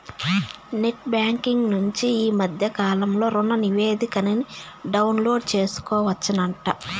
net banking నుంచి ఈ మద్దె కాలంలో రుణనివేదికని డౌన్లోడు సేసుకోవచ్చంట